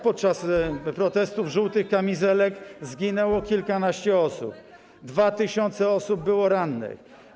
Podczas protestów żółtych kamizelek zginęło kilkanaście osób, 2 tys. osób było rannych.